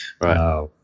Right